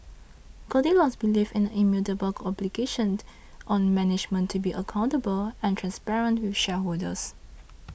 goldilocks believes in the immutable obligation on management to be accountable and transparent with shareholders